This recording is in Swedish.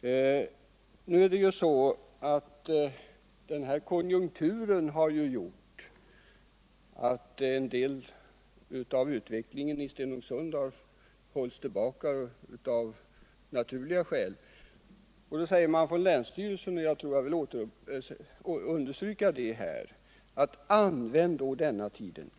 Konjunkturförhållandena har gjort att en del av utvecklingen i Stenungsund har hållits tillbaka av naturliga skäl. Då säger länsstyrelsen — och jag vill understryka det — att vi bör använda